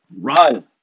Run